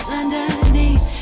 underneath